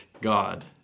God